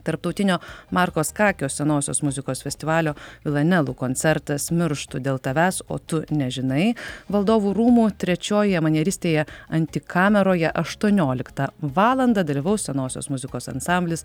tarptautinio marko skakio senosios muzikos festivalio lanelu koncertas mirštu dėl tavęs o tu nežinai valdovų rūmų trečioje manieristėje anti kameroje aštuonioliktą valandą dalyvaus senosios muzikos ansamblis